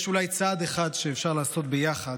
יש אולי צעד אחד שאפשר לעשות ביחד,